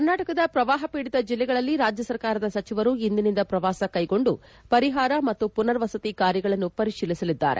ಕರ್ನಾಟಕದ ಪ್ರವಾಹಪೀಡಿತ ಜಿಲ್ಲೆಗಳಲ್ಲಿ ರಾಜ್ವ ಸರ್ಕಾರದ ಸಚಿವರ ಇಂದಿನಿಂದ ಪ್ರವಾಸ ಕೈಗೊಂಡು ಪರಿಹಾರ ಮತ್ತು ಪುನರ್ ವಸತಿ ಕಾರ್ಯಗಳನ್ನು ಪರಿಶೀಲಿಸಲಿದ್ದಾರೆ